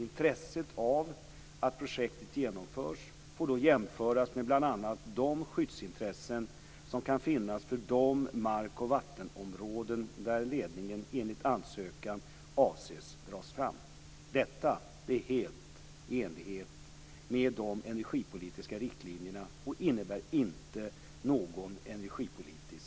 Intresset av att projektet genomförs får då jämföras med bl.a. de skyddsintressen som kan finnas för de mark och vattenområden där ledningen enligt ansökan avses dras fram. Detta är helt i enlighet med de energipolitiska riktlinjerna och innebär inte någon energipolitisk kursändring.